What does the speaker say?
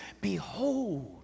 behold